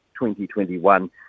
2021